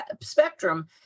spectrum